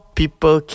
people